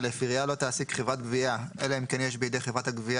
330י.(א)עירייה לא תעסיק חברת גבייה אלא אם כן יש בידי חברת הגבייה